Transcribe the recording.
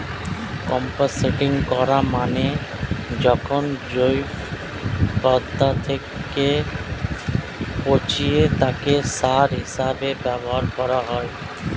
composting করা মানে যখন জৈব পদার্থকে পচিয়ে তাকে সার হিসেবে ব্যবহার করা হয়